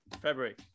February